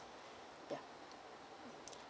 ya